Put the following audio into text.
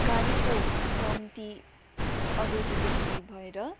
गाडीको कम्ती अभइलिबिलिटी भएर